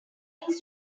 his